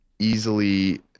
easily